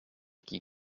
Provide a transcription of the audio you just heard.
qui